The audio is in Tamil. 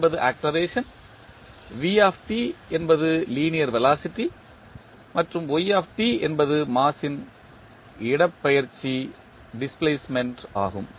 என்பது ஆக்ஸெலரேஷன் என்பது லீனியர் வெலாசிட்டி மற்றும் என்பது மாஸ் ன் இடப்பெயர்ச்சி ஆகும்